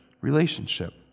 relationship